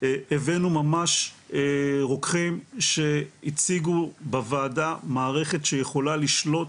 הבאנו ממש רוקחים שהציגו בוועדה מערכת שיכולה לשלוט